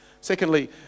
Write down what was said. Secondly